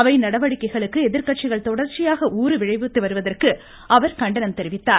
அவை நடவடிக்கைகளுக்கு எதிர்கட்சிகள் தொடர்ச்சியாக ஊறு விளைவித்து வருவதற்கு அவர் கண்டனம் தெரிவித்தார்